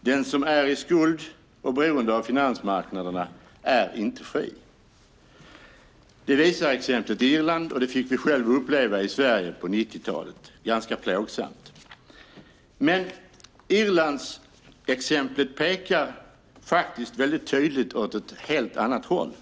Den som är i skuld, och beroende av finansmarknaderna, är inte fri. Det visar exemplet Irland, och det fick vi i Sverige uppleva på 90-talet. Det var ganska plågsamt. Men Irlandsexemplet pekar tydligt åt ett helt annat håll.